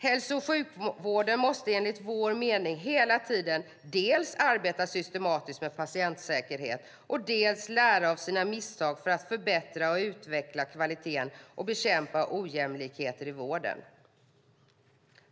Hälso och sjukvården måste enligt vår mening hela tiden dels arbeta systematiskt med patientsäkerhet, dels lära av sina misstag för att förbättra och utveckla kvaliteten och bekämpa ojämlikheter i vården.